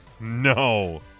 No